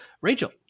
Rachel